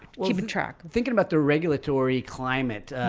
keeping track thinking about the regulatory climate,